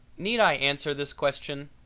need i answer this question?